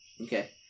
Okay